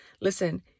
Listen